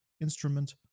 instrument